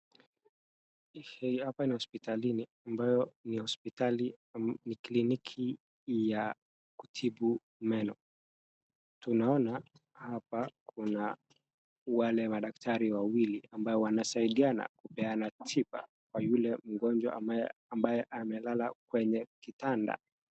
Hii hapa ni hospitalini ambayo ni hospitali ambayo ni clinic ya kutibu meno, tunaona hapa kuna wale madaktari wawili ambao wanasaidiana kupeana tiba kwa yule mgonjwa ambaye amelala kwenye kitanda.